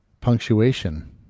punctuation